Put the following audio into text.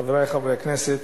חברי חברי הכנסת,